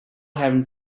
having